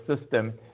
system